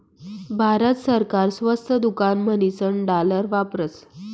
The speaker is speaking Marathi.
भारत सरकार स्वस्त दुकान म्हणीसन डालर वापरस